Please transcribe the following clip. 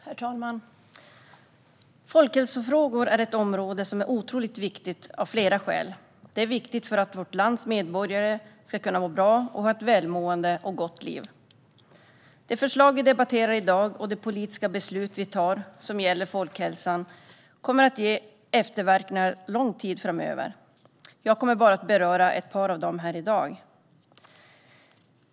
Herr talman! Folkhälsofrågor är ett område som är otroligt viktigt av flera skäl. Det är viktigt för att vårt lands medborgare ska kunna må bra och ha ett välmående och gott liv. De förslag som vi debatterar i dag och de politiska beslut vi tar som gäller folkhälsan kommer att ge efterverkningar under lång tid framöver. Jag kommer bara att beröra ett par av dem här i dag.